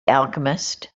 alchemist